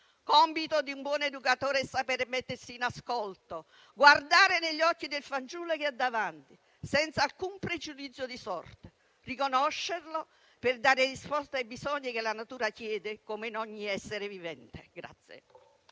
Compito di un buon educatore è sapersi mettere in ascolto, guardare negli occhi del fanciullo che ha davanti, senza alcun pregiudizio di sorta; riconoscerlo per dare risposta ai bisogni che la natura chiede, come in ogni essere vivente.